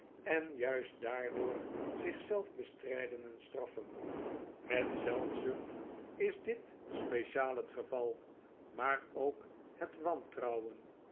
en juist daardoor zich zelf bestrijden en straffen met zelfzucht is dit speciaal het geval maar ook met wantrouwen